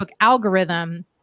algorithm